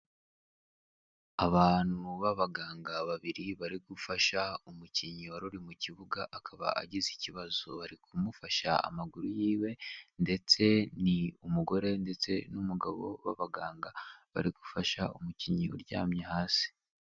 Abantu b'abaganga babiri bari gufasha umukinnyi wari uri mu kibuga akaba agize ikibazo, bari kumufasha amaguru yiwe ndetse ni umugore ndetse n'umugabo b'abaganga bari gufasha umukinnyi uryamye hasi.